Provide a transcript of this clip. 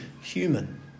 human